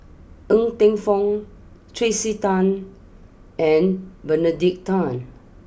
Ng Teng Fong Tracey Tan and Benedict Tan